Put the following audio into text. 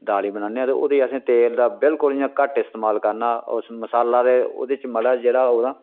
दाली बनाने ते ओह्दे च अस तेल दा बेलकोल इ'यां घट्ट इस्तमाल करना ओस मसाला ते ओहदे च मड़ा जेहड़ा ओह्दा